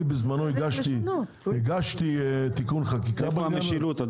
אני בזמנו הגשתי תיקון חקיקה בעניין הזה --- איפה המשילות?